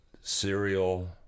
cereal